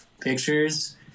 pictures